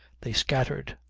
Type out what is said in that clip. they scattered.